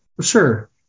Sure